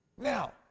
Now